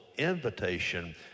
invitation